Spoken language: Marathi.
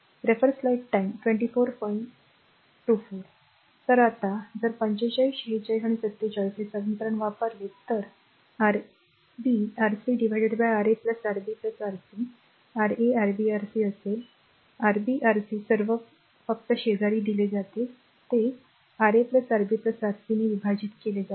तर आता जर 45 46 आणि 47 हे समीकरण वापरले तर तर a Rb Rc Ra Rb Rc Ra Rb Rc असेल रा आरबी आरसी सर्व फक्त शेजारील दिले जाते जे उत्पादन Ra Rb Rc ने विभाजित केले जाते